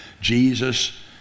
Jesus